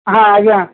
ହଁ ଆଜ୍ଞା